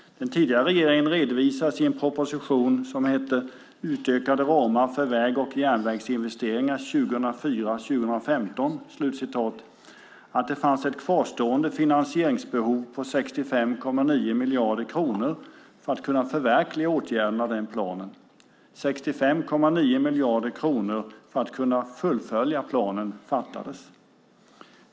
Den tidigare regeringen redovisade i sin proposition, som heter Utökade ramar för väg och järnvägsinvesteringar 2004-2015 , att det fanns ett kvarstående finansieringsbehov på 65,9 miljarder kronor för att kunna förverkliga åtgärderna i den planen. 65,9 miljarder kronor för att kunna fullfölja planen fattades.